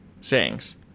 Sayings